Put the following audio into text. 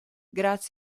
grazie